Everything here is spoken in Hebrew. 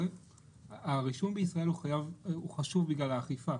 הרישום בישראל חשוב בגלל האכיפה.